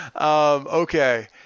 Okay